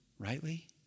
Rightly